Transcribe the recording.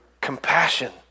compassion